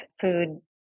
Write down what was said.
food